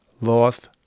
lost